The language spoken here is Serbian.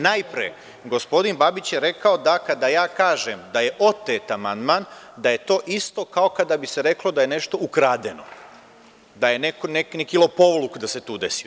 Najpre, gospodin Babić je rekao da kada ja kažem da je otet amandman da je to isto kao kada bi se reklo da je nešto ukradeno, da se neki lopovluk tu desio.